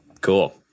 Cool